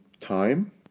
time